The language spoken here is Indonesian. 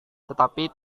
tetapi